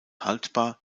haltbar